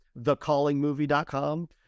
thecallingmovie.com